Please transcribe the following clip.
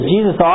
Jesus